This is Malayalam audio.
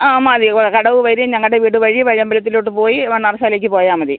ആ മതി കടവ് വഴി ഞങ്ങളുടെ വീട് വഴി വഴിയമ്പലത്തിലോട്ട് പോയി മണ്ണാറശ്ശാലക്ക് പോയാൽ മതി